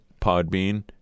Podbean